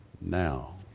now